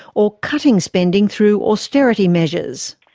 or cutting spending through austerity measures.